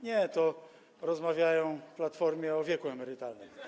Nie, to rozmawiają w Platformie o wieku emerytalnym.